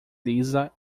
lisa